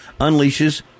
unleashes